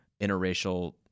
interracial